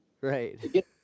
right